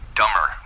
dumber